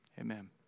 Amen